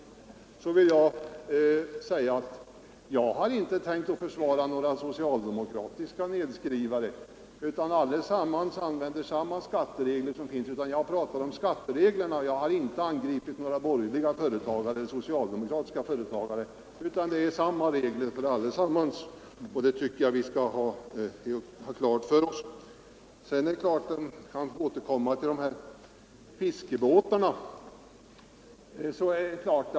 Jag vill säga att jag inte har tänkt försvara några socialdemokratiska nedskrivare. Vi skall ha klart för oss att alla följer samma skatteregler. Jag har talat om skattereglerna och har inte angripit några borgerliga eller socialdemokratiska företagare. Vi kan vidare självfallet återkomma till fiskebåtarna.